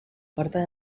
porta